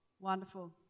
Wonderful